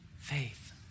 Faith